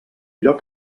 lloc